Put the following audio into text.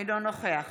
אינו נוכח